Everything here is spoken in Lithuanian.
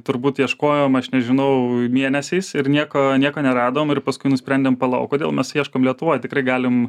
turbūt ieškojom aš nežinau mėnesiais ir nieko nieko neradom ir paskui nusprendėm palauk kodėl mes ieškom lietuvoj tikrai galim